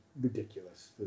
ridiculous